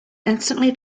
instantly